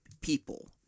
people